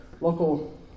local